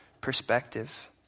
perspective